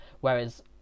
Whereas